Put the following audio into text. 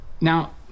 Now